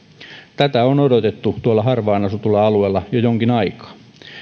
tätä on odotettu tuolla harvaan asutulla alueella jo jonkin aikaa